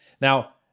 Now